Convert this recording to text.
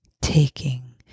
taking